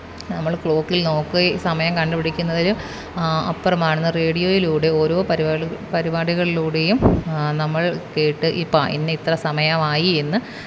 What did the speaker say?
നമ്മൾ ക്ലോക്കില് നോക്കി സമയം കണ്ട് പിടിക്കുന്നതിലും അപ്പുറമാണന്ന് റേഡിയോയിലൂടെ ഓരോ പരിപാടികൾ പരിപാടികളിലൂടെയും നമ്മള് കേട്ട് ഈ പ ഇന്ന ഇത്ര സമയമായി എന്ന്